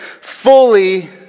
fully